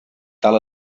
tal